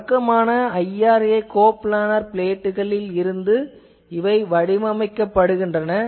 வழக்கமான IRA coplanar பிளேட்களில் இருந்து வடிவமைக்கப்படுகின்றன